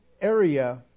area